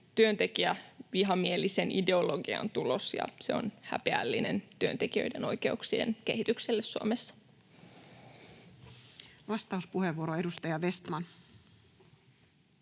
työntekijävihamielisen ideologian tulos, ja se on häpeällinen työntekijöiden oikeuksien kehitykselle Suomessa. [Speech 313] Speaker: